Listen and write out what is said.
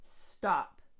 Stop